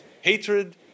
Hatred